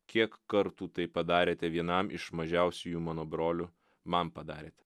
kiek kartų tai padarėte vienam iš mažiausiųjų mano brolių man padarėt